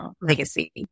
legacy